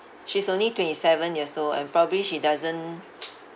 she's only twenty seven years old and probably she doesn't